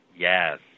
Yes